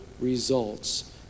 results